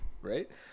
Right